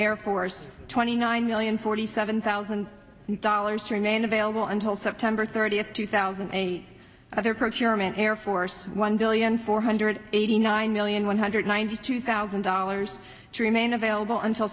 air force twenty nine million forty seven thousand dollars remain available until september thirtieth two thousand and eight other procurement air force one billion four hundred eighty nine million one hundred ninety two thousand dollars to remain available until